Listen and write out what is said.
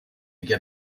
get